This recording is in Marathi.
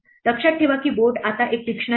लक्षात ठेवा की बोर्ड आता एक डिक्शनरी आहे